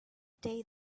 day